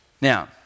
now